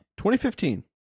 2015